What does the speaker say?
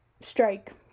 strike